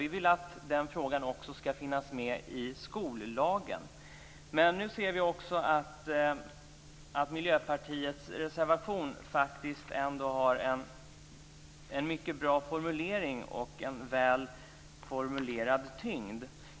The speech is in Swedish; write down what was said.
Vi vill att den frågan också skall finnas med i skollagen. Men nu ser vi också att Miljöpartiets reservation ändå har en mycket bra formulering och en väl formulerad tyngd.